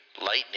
Lightning